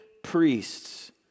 priests